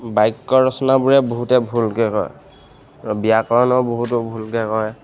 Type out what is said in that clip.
বাক্য ৰচনাবোৰে বহুতে ভুলকৈ কয় আৰু ব্যাকৰণৰ বহুতো ভুলকৈ কয়